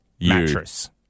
mattress